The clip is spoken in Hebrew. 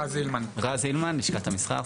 רז הילמן, לשכת המסחר.